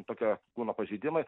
tokio kūno pažeidimai